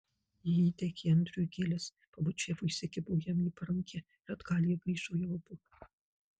ji įteikė andriui gėles pabučiavo įsikibo jam į parankę ir atgal jie grįžo jau abu